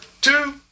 two